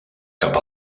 cap